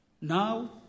now